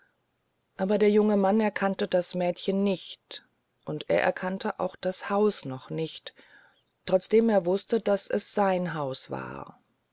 aber der junge mann erkannte das mädchen nicht und er erkannte auch das haus noch nicht trotzdem er wußte daß es sein haus war